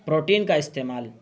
protein کا استعمال